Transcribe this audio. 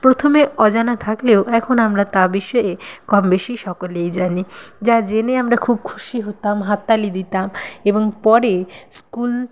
প্রথমে অজানা থাকলেও এখন আমরা তা বিষয়ে কম বেশি সকলেই জানি যা জেনে আমরা খুব খুশি হতাম হাততালি দিতাম এবং পরে স্কুল